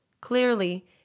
Clearly